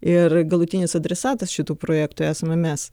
ir galutinis adresatas šitų projektų esame mes